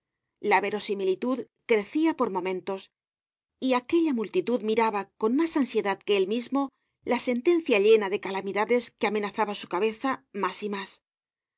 la verosimilitud crecia por momentos y aquella multitud miraba con mas ansiedad que él mismo la sentencia llena de calamidades que amenazaba su